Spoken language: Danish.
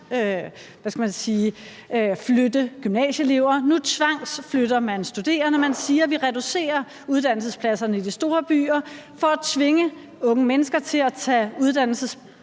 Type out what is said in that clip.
tvangsflytte gymnasieelever. Nu tvangsflytter man studerende. Man siger: Vi reducerer uddannelsespladserne i de store byer for at tvinge unge mennesker til at tage uddannelser ude